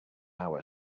hour